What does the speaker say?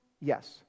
Yes